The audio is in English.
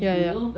ya ya ya